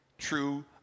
true